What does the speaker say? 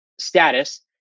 status